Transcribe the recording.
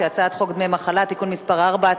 ההצעה להעביר את הצעת חוק דמי מחלה (תיקון מס' 4),